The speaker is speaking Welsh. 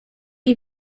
chi